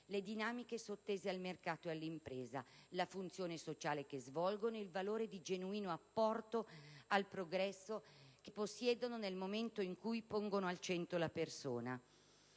le dinamiche sottese al mercato ed all'impresa, la funzione sociale che svolgono, il valore di genuino apporto al progresso che possiedono nel momento in cui pongono al centro la persona".